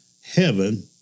heaven